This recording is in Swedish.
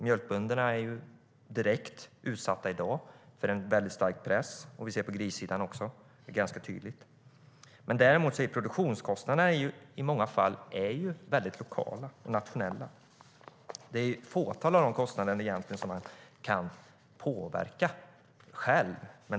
Mjölkbönderna är till exempel direkt utsatta för en stark press i dag. Detsamma gäller grissidan, vilket vi ser ganska tydligt. Å andra sidan är produktionskostnaderna i många fall väldigt lokala och nationella. Det är bara ett fåtal av dessa kostnader man själv kan påverka.